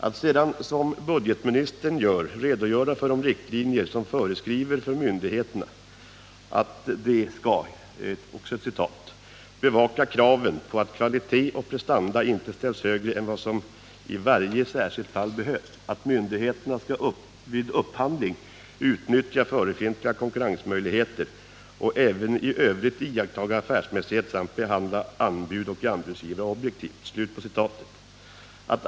Att sedan, som budgetministern gör, redogöra för de riktlinjer som gäller för myndigheterna och använda det resonemanget som en motivering för att inte föreskriva lägsta blyhalt i bensinen är faktiskt enligt mitt sätt att se inte speciellt förnuftigt. Det sägs ju i svaret ”att myndigheterna särskilt skall bevaka att kraven på kvalitet och prestanda inte ställs högre än vad som i varje särskilt fall behövs.